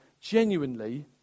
genuinely